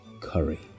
curry